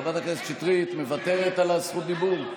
חברת הכנסת שטרית מוותרת על זכות הדיבור?